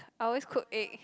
I always cook egg